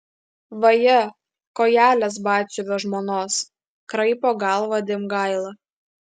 vaje kojelės batsiuvio žmonos kraipo galvą dimgaila